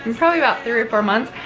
and probably about three or four months,